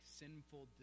sinful